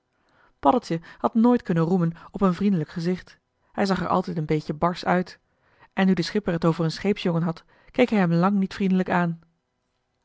paddeltje had nooit kunnen roemen op een vriendelijk gezicht hij zag er altijd een beetje barsch uit en nu de schipper het over een scheepsjongen had keek hij hem lang niet vriendelijk aan